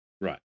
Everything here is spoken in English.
Right